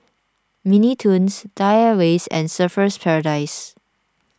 Mini Toons Thai Airways and Surfer's Paradise